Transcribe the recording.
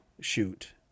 shoot